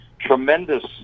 tremendous